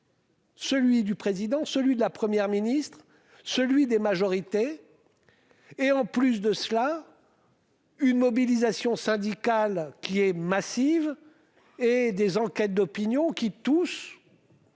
Celui du président, celui de la Première ministre, celui des majorités. Et en plus de cela. Une mobilisation syndicale qui est massive. Et des enquêtes d'opinion qui tousse.